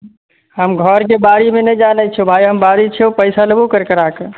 हम घरके बाड़ीमे नहि जाय दैत छियौ भाय हम बाजैत छियौ पैसा लेबौ करकराके